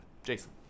Jason